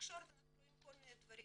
בתקשורת אנחנו רואים כל מיני דברים.